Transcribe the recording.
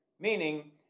Meaning